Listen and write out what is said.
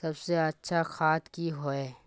सबसे अच्छा खाद की होय?